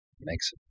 makes